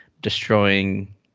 destroying